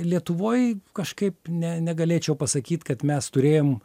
lietuvoj kažkaip ne negalėčiau pasakyt kad mes turėjom